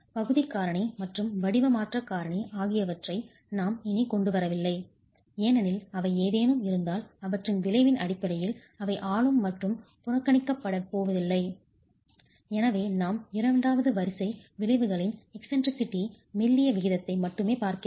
பகுதி காரணி மற்றும் வடிவ மாற்றக் காரணி ஆகியவற்றை நாம் இனி கொண்டு வரவில்லை ஏனெனில் அவை ஏதேனும் இருந்தால் அவற்றின் விளைவின் அடிப்படையில் அவை ஆளும் மற்றும் புறக்கணிக்கப்படப் போவதில்லை எனவே நாம் இரண்டாவது வரிசை விளைவுகளின் eccentricity மைய பிறழ்ச்சி மெல்லிய விகிதத்தை மட்டுமே பார்க்கப் போகிறோம்